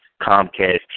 Comcast